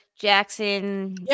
Jackson